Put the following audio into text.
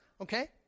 Okay